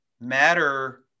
matter